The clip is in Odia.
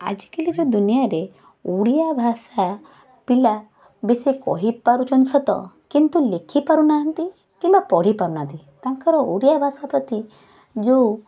ଆଜିକାଲିକା ଦୁନିଆରେ ଓଡ଼ିଆ ଭାଷା ପିଲା ବେଶି କହିପାରୁଛନ୍ତି ସତ କିନ୍ତୁ ଲେଖି ପାରୁନାହାଁନ୍ତି କିମ୍ବା ପଢ଼ି ପାରୁନାହାଁନ୍ତି ତାଙ୍କର ଓଡ଼ିଆ ଭାଷା ପ୍ରତି ଯେଉଁ